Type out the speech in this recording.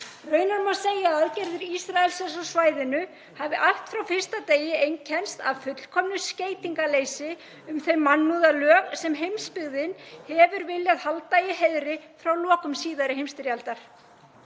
Raunar má segja að aðgerðir Ísraelshers á svæðinu hafi allt frá fyrsta degi einkennst af fullkomnu skeytingarleysi um þau mannúðarlög sem heimsbyggðin hefur viljað halda í heiðri frá lokum síðari heimsstyrjaldar.